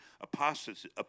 apostasy